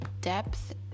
depth